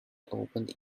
opened